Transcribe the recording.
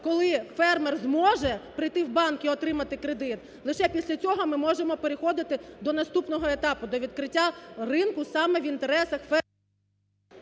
коли фермер зможе прийти в банк і отримати кредит, лише після цього ми можемо переходити до наступного етапу: до відкриття ринку саме в інтересах…